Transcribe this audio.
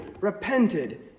repented